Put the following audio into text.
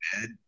bed